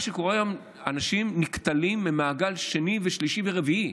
מה שקורה היום הוא שאנשים נקטלים ממעגל שני ושלישי ורביעי.